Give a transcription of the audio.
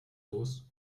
los